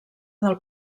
del